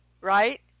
Right